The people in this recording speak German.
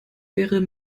wäre